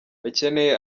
bakeneye